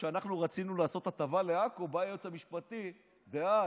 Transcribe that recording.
כשאנחנו רצינו לעשות הטבה לעכו בא היועץ המשפטי דאז,